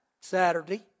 Saturday